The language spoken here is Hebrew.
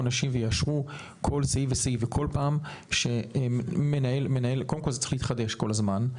אנשים ויאשרו כל סעיף וסעיף קודם כל זה צריך להתחדש כל הזמן,